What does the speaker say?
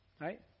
Right